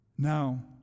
Now